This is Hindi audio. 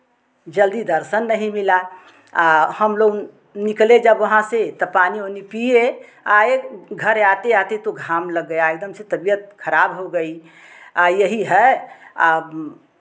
जल्दी दर्शन नहीं मिला आ हम लोग निकले जब वहाँ से तब पानी ओनी पिए आए घर आते आते तो घाम लग गया एकदम से तबियत खराब हो गई आ यही है आ